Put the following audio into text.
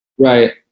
Right